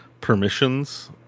permissions